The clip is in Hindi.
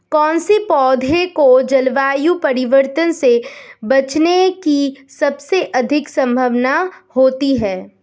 कौन से पौधे को जलवायु परिवर्तन से बचने की सबसे अधिक संभावना होती है?